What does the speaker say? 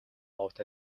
out